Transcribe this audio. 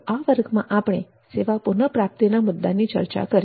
તો આ વર્ગમાં આપણે સેવા પુનઃપ્રાપ્તિના મુદ્દાની ચર્ચા કરી